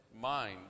mind